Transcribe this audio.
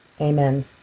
Amen